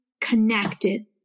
connected